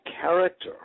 character